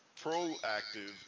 proactive